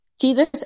Jesus